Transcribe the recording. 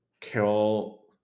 Carol